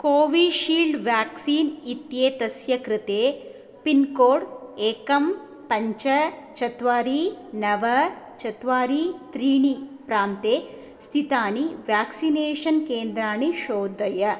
Covishield vaccine इत्येतस्य कृते pincode एकं पञ्च चत्वारि नव चत्वारि त्रीणि प्रान्ते स्थितानि व्याक्सिनेषन् केन्द्राणि शोधय